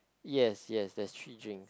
yes yes there's three drinks